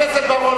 חבר הכנסת בר-און,